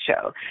show